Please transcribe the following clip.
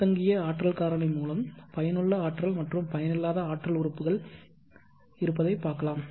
பின்தங்கிய ஆற்றல் காரணி மூலம் பயனுள்ள ஆற்றல் மற்றும் பயனில்லாத ஆற்றல் உறுப்புகள் அதைப் பார்க்கலாம்